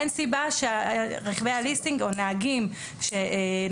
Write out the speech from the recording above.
אין סיבה שרכבי הליסינג או הנהגים שנוהגים